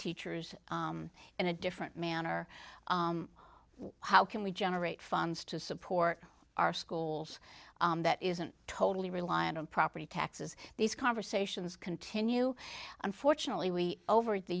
teachers in a different manner how can we generate funds to support our schools that isn't totally reliant on property taxes these conversations continue unfortunately we over the